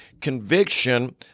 Conviction